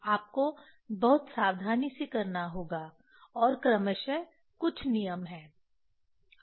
आपको बहुत सावधानी से करना होगा और क्रमशः कुछ नियम हैं